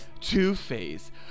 Two-Face